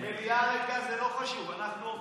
המליאה ריקה, זה לא חשוב, אנחנו עובדים.